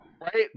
Right